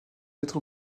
être